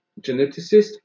geneticist